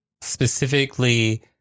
specifically